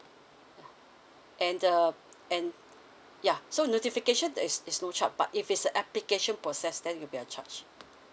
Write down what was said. ya and the and ya so notification there is is no charge but if it's a application process then it will be a charge